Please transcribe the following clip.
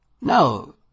No